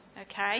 okay